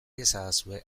iezadazue